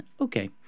okay